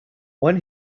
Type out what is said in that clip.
when